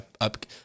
Up